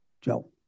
Joe